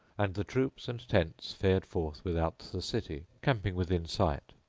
and the troops and tents fared forth without the city, camping within sight,